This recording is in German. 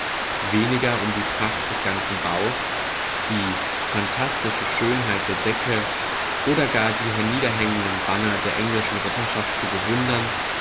weniger um die pracht des ganzen baues die phantastische schönheit der decke oder gar die herniederhängenden banner der englischen ritterschaft zu bewundern